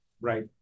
right